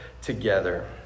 together